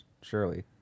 surely